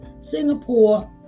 Singapore